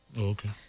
Okay